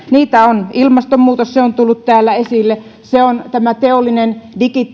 niitä ovat ilmastonmuutos se on tullut täällä esille ja teollinen